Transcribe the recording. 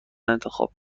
انتخاب